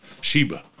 Sheba